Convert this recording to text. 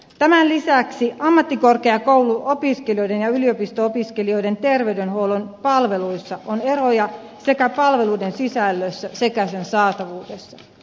tämän lisäksi ammattikorkeakouluopiskelijoiden ja yliopisto opiskelijoiden terveydenhuollon palveluissa on eroja sekä palveluiden sisällössä että niiden saatavuudessa